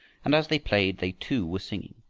and as they played they too were singing,